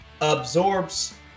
absorbs